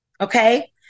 Okay